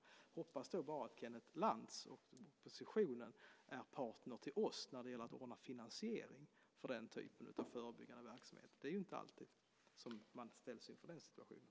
Jag hoppas då bara att Kenneth Lantz och oppositionen är partner till oss när det gäller att ordna finansieringen till den typen av förebyggande verksamhet. Det är inte alltid som man ställs inför den situationen.